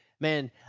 man